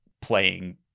playing